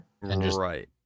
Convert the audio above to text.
Right